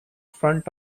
front